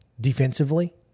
Defensively